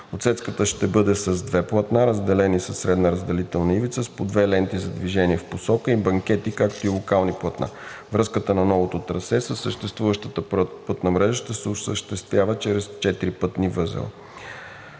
Отсечката ще бъде с две платна, разделени със средна разделителна ивица, с по две ленти за движение в посока и с банкети, както и локални платна. Връзката на новото трасе със съществуващата пътна мрежа ще се осъществява чрез четири пътни възела.